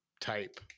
type